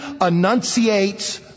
enunciates